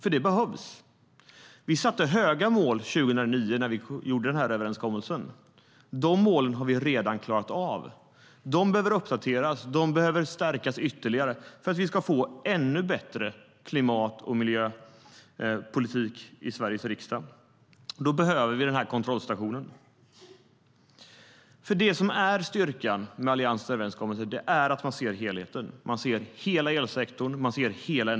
Det behövs. Vi satte höga mål 2009 när vi gjorde överenskommelsen. De målen har vi redan klarat av. De behöver uppdateras och stärkas ytterligare. För att vi ska få ännu bättre klimat och miljöpolitik i Sveriges riksdag behöver vi den kontrollstationen. Det som är styrkan med Alliansens överenskommelse är att man ser helheten. Man ser hela elsektorn och energisektorn.